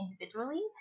individually